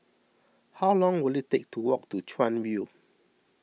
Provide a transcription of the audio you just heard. how long will it take to walk to Chuan View